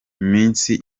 minsi